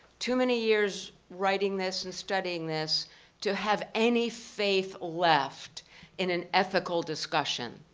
too many years writing this and studying this to have any faith left in an ethical discussion.